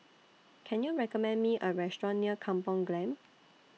Can YOU recommend Me A Restaurant near Kampung Glam